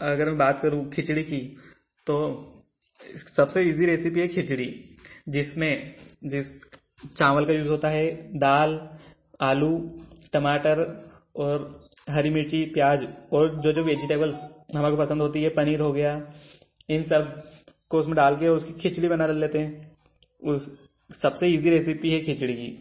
अगर मैं बात करूँ खिचड़ी की तो सबसे इज़ी रेसिपी है खिचड़ी जिसमें जिस चावल का यूज़ होता है दाल आलू टमाटर और हरी मिर्ची प्याज़ और जो जो वेजिटेबल्स हमारे को पसंद होती है पनीर हो गया इन सब को उसमें डाल के उसकी खिचड़ी बना लेते हैं उस सबसे इज़ी रेसिपी है खिचड़ी